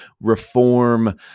reform